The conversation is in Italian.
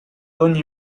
ogni